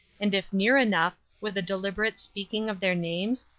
and if near enough, with a deliberate speaking of their names,